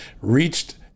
reached